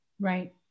Right